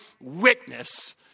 witness